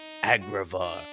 Agravar